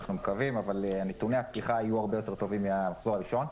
אנחנו מקווים אבל נתוני הפתיחה היו הרבה יותר טובים מהמחזור הראשון.